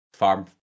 Farm